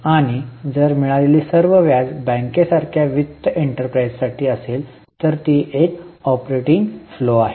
आणि जर मिळालेली सर्व व्याज बँकेसारख्या वित्त एंटरप्राइझसाठी असेल तर ती एक ऑपरेटिंग फ्लो आहे